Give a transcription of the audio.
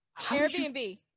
Airbnb